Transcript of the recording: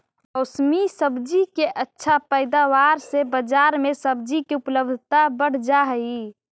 मौसमी सब्जि के अच्छा पैदावार से बजार में सब्जि के उपलब्धता बढ़ जा हई